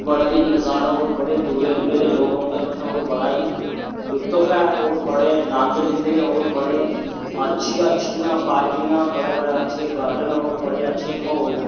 बड़ा ई नजारा होर बड़े दूरै दूरै दे लोक औंदे उ'त्थे होर बड़ा ई लुत्फ ऐ होर बड़े नंद लैंदे न होर बड़े अच्छी अच्छियां पार्किंगा बड़े बड़े अच्छे गार्डन होर बड़े अच्छे म्हौल न